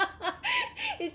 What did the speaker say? it's